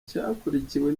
cyakurikiwe